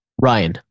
Ryan